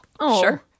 Sure